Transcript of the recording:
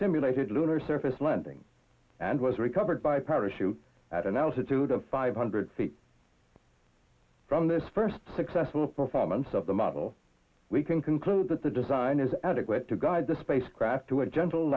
simulated lunar surface landing and was recovered by parachute at an altitude of five hundred feet from this first successful performance of the model we can conclude that the design is adequate to guide the spacecraft to a gentle